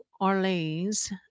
Orleans